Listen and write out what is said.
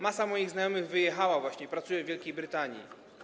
Masa moich znajomych wyjechała właśnie i pracuje w Wielkiej Brytanii.